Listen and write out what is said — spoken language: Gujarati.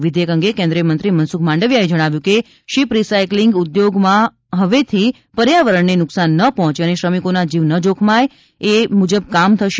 વિધેયક અંગે કેન્દ્રીય મંત્રી શ્રી મનસુખ માંડવિયાએ જણાવ્યુ કે શીપ રીસાઈકલીંગ ઉદ્યોગમાં હવેથી પર્યાવરણને નુકસાન ન પહોંચે અને શ્રમિકોના જીવ ન જોખમાય એ મુજબ કામ થશે